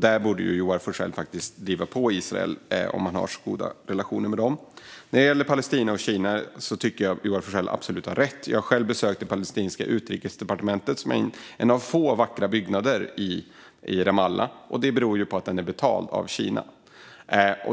Där borde Joar Forssell driva på Israel om han nu har så goda relationer med dem. När det gäller Palestina och Kina tycker jag absolut att Joar Forssell har rätt. Jag har själv besökt det palestinska utrikesdepartementet som är en av få vackra byggnader i Ramallah, vilket beror på att den är betald av Kina.